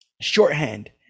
shorthand